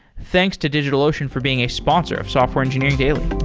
thanks to digitalocean for being a sponsor of software engineering daily.